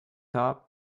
top